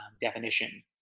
definition